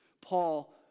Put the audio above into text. Paul